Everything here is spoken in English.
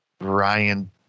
Ryan